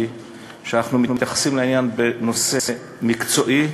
שאנחנו מתייחסים לעניין כאל נושא מקצועי,